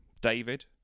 David